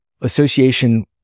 association